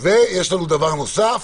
ודבר נוסף